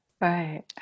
Right